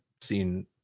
seen